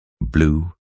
Blue